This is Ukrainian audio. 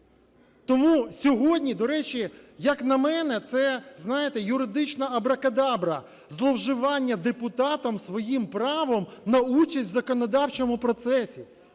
Тому сьогодні, до речі, як на мене, це, знаєте, юридична "абракадабра", зловживання депутатом своїм правом на участь в законодавчому процесі.